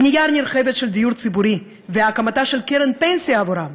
לבנייה נרחבת של דיור ציבורי והקמתה של קרן פנסיה עבורם,